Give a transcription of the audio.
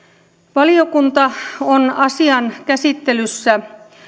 valiokunta on asian käsittelyssä